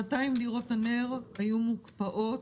במשך שנתיים דירות הנ"ר היו מוקפאות.